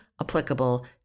applicable